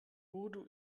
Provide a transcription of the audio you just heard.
urdu